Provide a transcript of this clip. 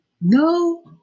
No